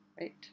right